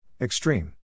Extreme